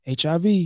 HIV